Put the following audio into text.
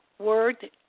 word